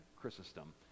Chrysostom